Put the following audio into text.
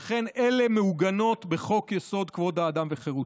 שכן אלה מעוגנות בחוק-יסוד: כבוד האדם וחירותו.